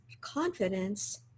confidence